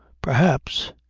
perhaps.